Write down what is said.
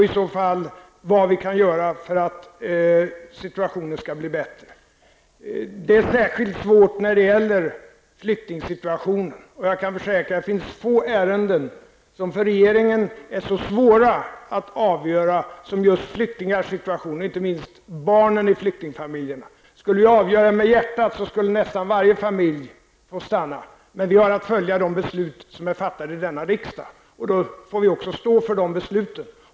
I så fall får vi undersöka vad vi kan göra för att situationen skall bli bättre. Särskilt svårt är det när det gäller flyktingsituationer. Jag kan försäkra att få ärenden är så svåra att avgöra för regeringen som just ärenden som gäller flyktingars situation. Inte minst tänker jag då på barnen i flyktingfamiljerna. Om jag skulle avgöra med hjärtat, skulle nästan varje familj få stanna. Men vi har att följa beslut som har fattats i denna riksdag, och då får vi också stå för de besluten.